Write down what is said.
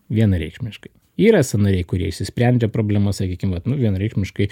vienareikšmiškai yra sąnariai kurie išsisprendžia problemas sakykime vat nu vienareikšmiškai